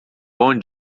bom